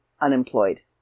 unemployed